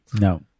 No